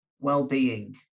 well-being